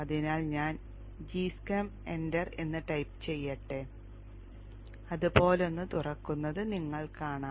അതിനാൽ ഞാൻ g schem enter എന്ന് ടൈപ്പ് ചെയ്യട്ടെ ഇതുപോലൊന്ന് തുറക്കുന്നത് നിങ്ങൾ കാണാം